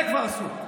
זה כבר אסור.